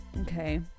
okay